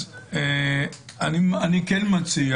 אני מציע,